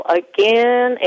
again